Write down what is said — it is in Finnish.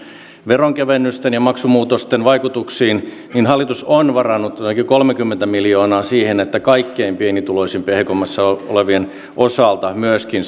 veronkevennysten ja maksumuutosten vaikutuksiin hallitus on varannut kolmekymmentä miljoonaa siihen että kaikkein pienituloisimpien ja heikoimmassa asemassa olevien osalta myöskin